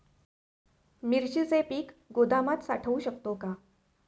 मिरचीचे पीक गोदामात साठवू शकतो का?